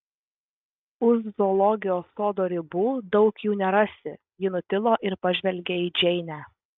už zoologijos sodo ribų daug jų nerasi ji nutilo ir pažvelgė į džeinę